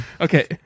Okay